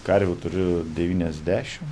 karvių turiu devyniasdešim